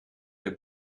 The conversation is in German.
der